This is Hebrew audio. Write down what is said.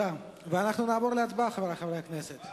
אנחנו נעבור להצבעה, חברי חברי הכנסת.